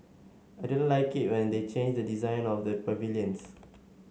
I didn't like it when they changed the design of the pavilions